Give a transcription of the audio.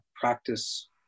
practice